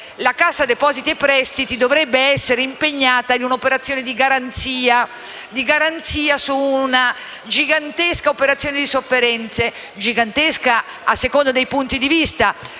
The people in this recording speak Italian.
la Cassa depositi e prestiti dovrebbe essere impegnata in un'operazione di garanzia su una gigantesca situazione di sofferenze; gigantesca a seconda dei punti di vista,